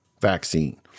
vaccine